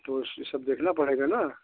तो यह सब देखना पड़ेगा ना